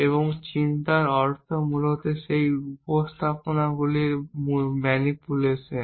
এবং চিন্তার অর্থ মূলত সেই উপস্থাপনাগুলির ম্যানিপুলেশন